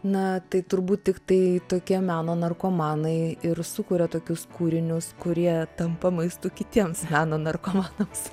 na tai turbūt tiktai tokie meno narkomanai ir sukuria tokius kūrinius kurie tampa maistu kitiems meno narkomanams